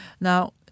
Now